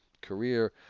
career